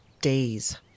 days